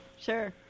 sure